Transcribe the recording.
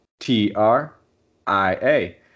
T-R-I-A